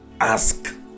ask